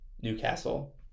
Newcastle